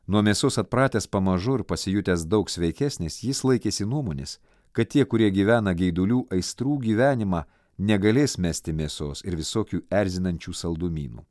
nuo mėsos atpratęs pamažu ir pasijutęs daug sveikesnis jis laikėsi nuomonės kad tie kurie gyvena geidulių aistrų gyvenimą negalės mesti mėsos ir visokių erzinančių saldumynų